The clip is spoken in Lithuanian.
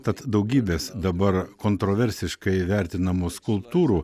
tad daugybės dabar kontroversiškai vertinamų skulptūrų